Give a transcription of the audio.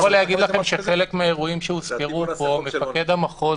אני יכול להגיד לכם שבחלק מהאירועים שהוזכרו פה מפקד המחוז